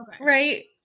Right